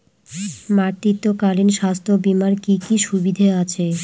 মাতৃত্বকালীন স্বাস্থ্য বীমার কি কি সুবিধে আছে?